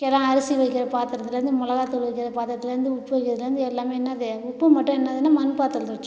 எதா அரிசி வைக்கிற பாத்திரத்துலேந்து மிளகா தூள் வைக்கிற பாத்திரத்துலேந்து உப்பு வைக்கிரத்துலேந்து எல்லாமே என்னது உப்பு மட்டும் என்னதுன்னா மண் பாத்திரத்துல வச்சுக்குவோம்